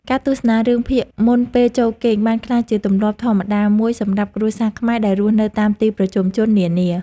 ការទស្សនារឿងភាគមុនពេលចូលគេងបានក្លាយជាទម្លាប់ធម្មតាមួយសម្រាប់គ្រួសារខ្មែរដែលរស់នៅតាមទីប្រជុំជននានា។